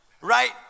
Right